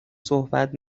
صحبت